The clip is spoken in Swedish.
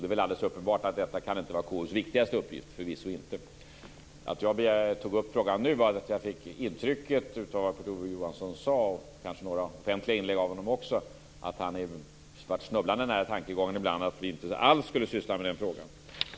Det är väl alldeles uppenbart att detta inte kan vara KU:s viktigaste uppgift, förvisso inte. Att jag tog upp frågan nu var därför att jag fick intrycket av det som Kurt Ove Johansson sade och kanske också av några offentliga inlägg av honom att han ibland har varit snubblande nära tankegången att vi inte alls skulle syssla med den frågan.